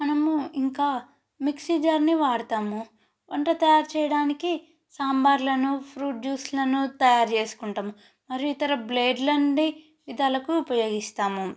మనము ఇంకా మిక్సీ జార్ని వాడుతాము వంట తయారు చేయడానికి సాంబార్లను ఫ్రూట్ జ్యూస్లను తయారు చేసుకుంటాము మరియు ఇతర బ్లేడ్ల నుండి విధాలకు ఉపయోగిస్తాము